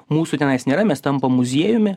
mūsų tenais nėra mes tampa muziejumi